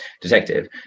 detective